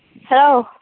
ᱦᱚᱣ